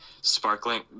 sparkling